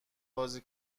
بازی